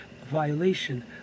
violation